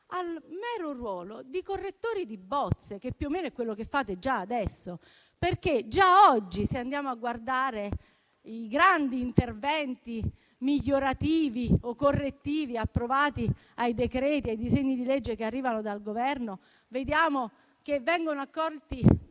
al mero ruolo di correttori di bozze, che più o meno è quello che fate già adesso. Già oggi, infatti, se andiamo a guardare i grandi interventi migliorativi o correttivi approvati con i decreti e i disegni di legge che arrivano dal Governo, vediamo che vengono accolti